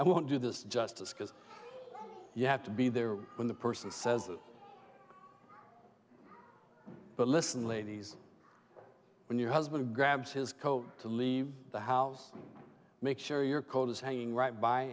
i won't do this justice because you have to be there when the person says that but listen ladies when your husband grabs his coat to leave the house make sure your cold is hanging right by